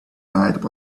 night